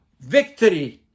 victory